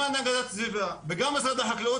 גם הגנת הסביבה וגם משרד החקלאות,